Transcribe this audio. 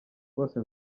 bose